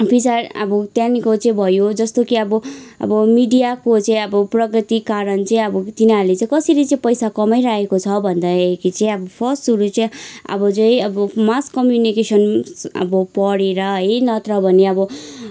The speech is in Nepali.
पछाडि अब त्यहाँदेखिको भयो जस्तो कि अब अब मिडियाको चाहिँ अब प्रगति कारण चाहिँ अब तिनीहरूले चाहिँ कसरी चाहिँ पैसा कमाइरहेको छ भन्दाखेरि चाहिँ अब फर्स्ट सुरु चाहिँ अब चाहिँ मास कमुनिकेसन्स अब पढेर है नत्र भने अब